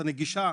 הנגישה,